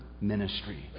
ministry